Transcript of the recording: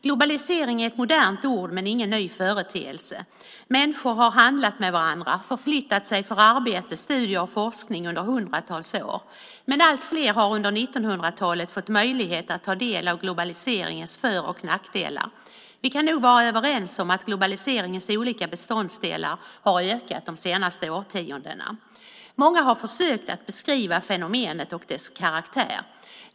Globalisering är ett modernt ord men ingen ny företeelse. Människor har handlat med varandra, förflyttat sig för arbete, studier och forskning under hundratals år. Men allt fler har under 1900-talet fått möjlighet att ta del av globaliseringens för och nackdelar. Vi kan nog vara överens om att globaliseringens olika beståndsdelar har ökat de senaste årtiondena. Många har försökt att beskriva fenomenet och dess karaktär.